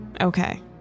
Okay